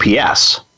UPS